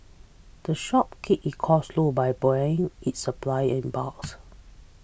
the shop keeps its costs low by buying its supplies in bulks